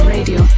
Radio